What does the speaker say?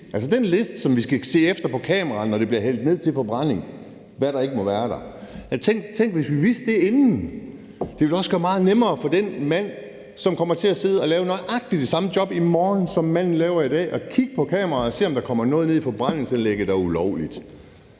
altså den liste over ting, vi skal se efter på kameraerne, når noget bliver hældt ned til forbrænding, som ikke må være der. Tænk, hvis vi vidste det inden. Det ville også gøre det meget nemmere for den mand, som kommer til at sidde og lave nøjagtig det samme job i morgen som i dag, at kigge på kameraet og se, om der kommer noget ned i forbrændingsanlægget, der er ulovligt.